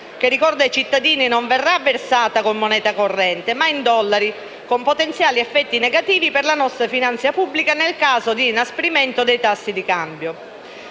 che - ricordo ai cittadini - non verrà versata con moneta corrente, ma in dollari, con potenziali effetti negativi per la nostra finanza pubblica nel caso di inasprimento dei tassi di cambio.